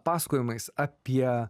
pasakojimais apie